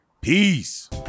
Peace